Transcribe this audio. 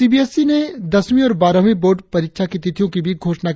CBSC ने दसवीं और बारहवीं बोर्ड परीक्षा की तिथियों की घोषणा की